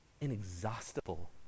inexhaustible